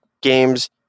Games